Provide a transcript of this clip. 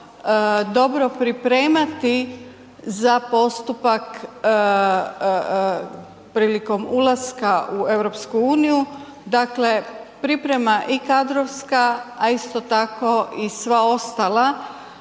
dobro pripremati za postupak prilikom ulaska u EU, dakle priprema i kadrovska, a isto tako i sva ostala,